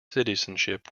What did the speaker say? citizenship